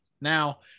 Now